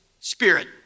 spirit